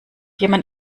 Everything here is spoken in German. jemand